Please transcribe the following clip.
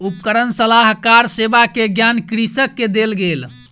उपकरण सलाहकार सेवा के ज्ञान कृषक के देल गेल